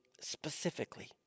specifically